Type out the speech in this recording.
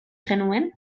zenuen